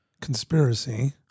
conspiracy